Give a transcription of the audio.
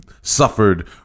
suffered